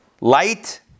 Light